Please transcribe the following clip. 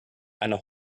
eine